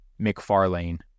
McFarlane